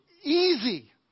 easy